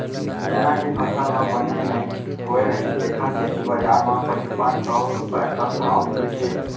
चना के फसल ह बने नइ होए रहिस तेखर सेती बजार म पचुपन सव रूपिया तक भाव मिलिस हे